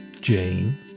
Jane